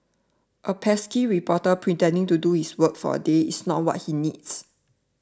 a pesky reporter pretending to do his work for a day is not what he needs